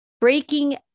breaking